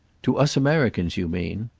to us americans you mean?